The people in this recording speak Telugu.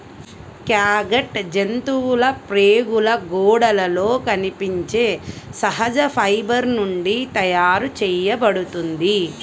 క్యాట్గట్ జంతువుల ప్రేగుల గోడలలో కనిపించే సహజ ఫైబర్ నుండి తయారు చేయబడుతుంది